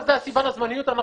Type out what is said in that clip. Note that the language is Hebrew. זו הסיבה לזמניות.